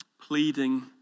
Pleading